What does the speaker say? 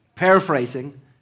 Paraphrasing